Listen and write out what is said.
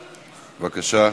בבקשה.